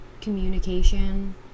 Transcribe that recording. communication